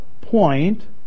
point